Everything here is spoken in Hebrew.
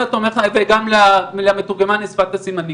וגם למתורגמן לשפת הסימנים.